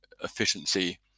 efficiency